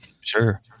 Sure